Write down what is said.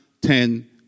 Ten